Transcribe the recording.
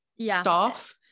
staff